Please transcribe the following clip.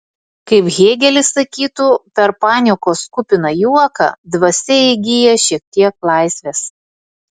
kaip hėgelis sakytų per paniekos kupiną juoką dvasia įgyja šiek tiek laisvės